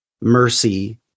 mercy